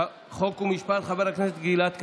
חוק ומשפט חבר הכנסת גלעד קריב.